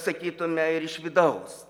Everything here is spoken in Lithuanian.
sakytume ir iš vidaus